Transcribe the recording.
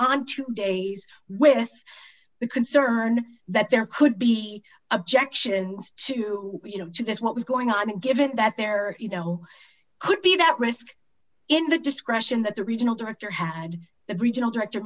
two days with the concern that there could be objections to you know to this what was going on given that there are you know could be that risk in the discretion that the regional director had the regional director